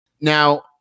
now